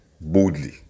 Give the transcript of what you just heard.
boldly